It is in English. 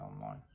online